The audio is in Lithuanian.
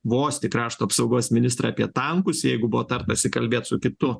tiekiant kvosti krašto apsaugos ministrą apie tankus jeigu buvo tartasi kalbėti su kitu